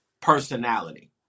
personality